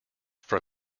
from